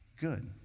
good